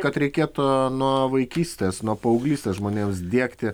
kad reikėtų nuo vaikystės nuo paauglystės žmonėms diegti